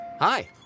Hi